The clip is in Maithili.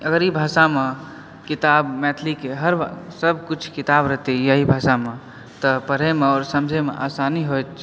अगर ई भाषामे किताब मैथिलीके हर सभकिछु किताब रहतै एहिभाषामे तऽ पढ़यमे आओर समझयमे आसानी होयत